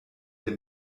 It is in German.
der